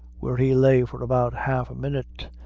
where he lay for about half a minute,